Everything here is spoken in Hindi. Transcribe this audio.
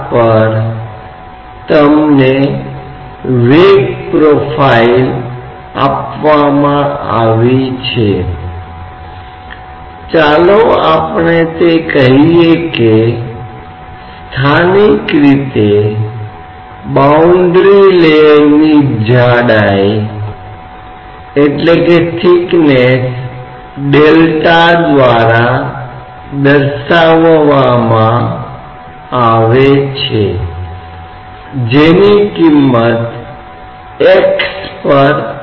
और यह हम टेलर श्रृंखला फ़ंक्शन का उपयोग करके आसानी से कर सकते हैं ताकि हम लिखेंगे यहां अनंत संख्या में शब्द हैं लेकिन जैसा कि आप x को बहुत छोटा लेते हैं तो हो सकता है कि आप वर्चस्व वाले शब्द और ग्रेडियंट की तुलना में उच्च क्रम की शर्तों की उपेक्षा कर सकते हैं